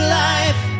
life